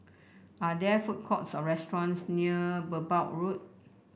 are there food courts or restaurants near Merbau Road